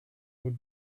would